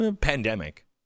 Pandemic